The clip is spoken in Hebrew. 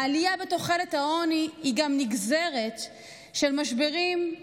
העלייה בתחולת העוני גם היא נגזרת של משברים,